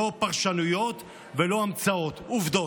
לא פרשנויות ולא המצאות, עובדות.